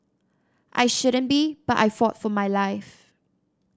I shouldn't be but I fought for my life